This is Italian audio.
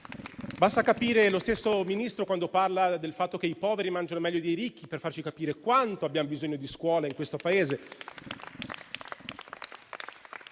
basta ascoltare lo stesso Ministro parlare del fatto che i poveri mangiano meglio dei ricchi per capire quanto abbiamo bisogno di scuola in questo Paese